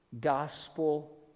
gospel